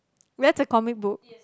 where's the comic book